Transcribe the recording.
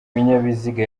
binyabiziga